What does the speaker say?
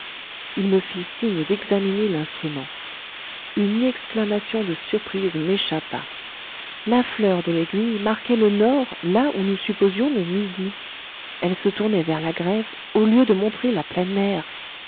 il me fit signe d'examiner l'instrument une exclamation de surprise m'échappa la fleur de l'aiguille marquait le nord là où nous supposions le midi elle se tournait vers la grève au lieu de montrer la pleine mer